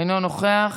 אינו נוכח,